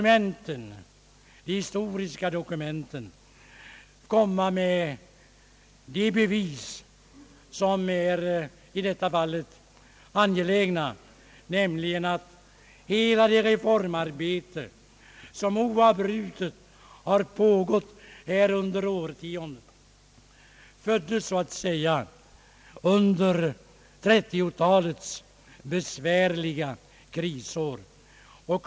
Här kan de historiska dokumenten utgöra de bevis som i detta fall är angelägna, nämligen att idén till hela det reformarbete som oavbrutet har pågått under årtionden föddes under 1930-talets besvärliga krisår.